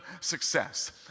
success